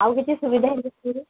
ଆଉ କିଛି ସୁବିଧା ହୋଇ